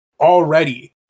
already